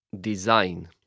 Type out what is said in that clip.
Design